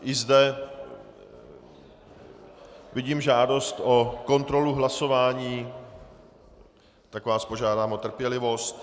I zde vidím žádost o kontrolu hlasování, tak vás požádám o trpělivost.